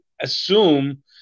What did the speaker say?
assume